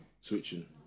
switching